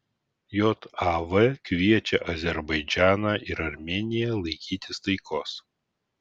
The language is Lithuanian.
jav kviečia azerbaidžaną ir armėniją laikytis taikos